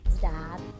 Dad